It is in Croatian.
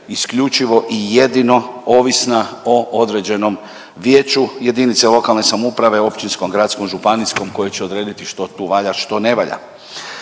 isključivo i jedino ovisna o određenom vijeću, jedinici lokalne samouprave, općinskom, gradskom, županijskoj, koji će odrediti što tu valja, što ne valja.